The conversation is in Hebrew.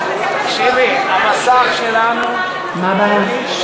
תקשיבי, המסך שלנו, מה הבעיה?